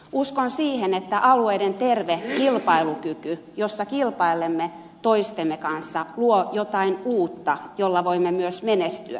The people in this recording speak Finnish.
uskon siihen että alueiden terve kilpailukyky jolla kilpailemme toistemme kanssa luo jotain uutta jolla voimme myös menestyä